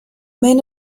men